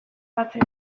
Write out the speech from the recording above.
batzen